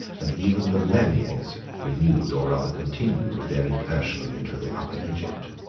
and even the blemmyes, renewed, or rather continued, their incursions into the upper egypt.